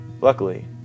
Luckily